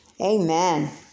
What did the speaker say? Amen